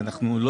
בסדר.